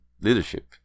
leadership